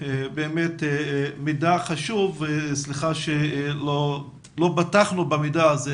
זה באמת מידע חשוב, וסליחה שלא פתחנו במידע הזה.